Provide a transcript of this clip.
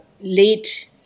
late